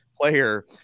player